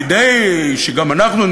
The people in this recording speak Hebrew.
כדי שגם אנחנו,